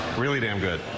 really damn good.